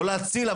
לא להציל,